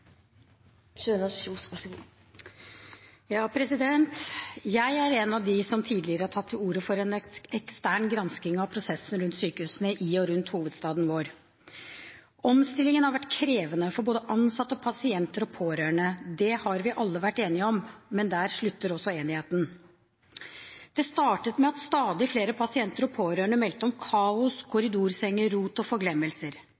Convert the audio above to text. en av dem som tidligere har tatt til orde for en ekstern gransking av prosessen rundt sykehusene i og rundt hovedstaden vår. Omstillingen har vært krevende for både ansatte, pasienter og pårørende. Det har vi alle vært enige om. Men der slutter også enigheten. Det startet med at stadig flere pasienter og pårørende meldte om kaos,